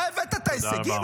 למה, אתה הבאת את ההישגים?